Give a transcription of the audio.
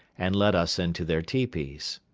and led us into their tepees.